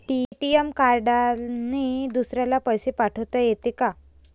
ATM कार्डने दुसऱ्याले पैसे पाठोता येते का?